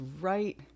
right